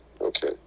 okay